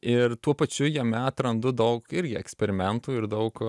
ir tuo pačiu jame atrandu daug irgi eksperimentų ir daug